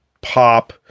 pop